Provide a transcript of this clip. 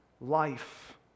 life